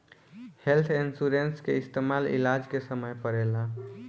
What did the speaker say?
health insurance के इस्तमाल इलाज के समय में पड़ेला